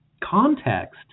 context